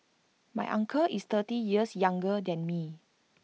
my uncle is thirty years younger than me